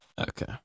Okay